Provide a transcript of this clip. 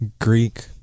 Greek